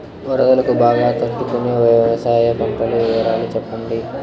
వరదలకు బాగా తట్టు కొనే వ్యవసాయ పంటల వివరాలు చెప్పండి?